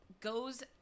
goes